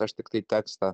aš tiktai tekstą